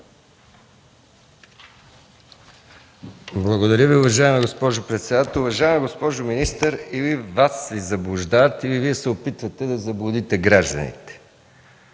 Благодаря Ви, уважаема госпожо председател. Уважаема госпожо министър, или Вас Ви заблуждават, или Вие се опитвате да заблудите гражданите.